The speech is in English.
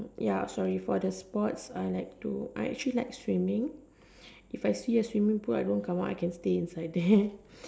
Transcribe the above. ya sorry for the sports I like to actually I like swimming if I see a swimming pool I don't come out I can stay inside there